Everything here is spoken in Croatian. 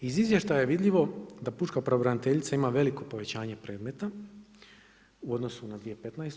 Iz izvještaja je vidljivo da pučka pravobraniteljica ima veliko povećanje predmeta u odnosu na 2015.